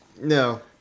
No